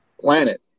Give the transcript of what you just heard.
planet